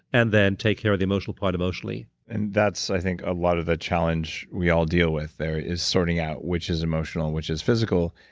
and then take care of the emotional part emotionally and that's, i think, a lot of the challenge we all deal with there, is sorting out which is emotional and which is physical,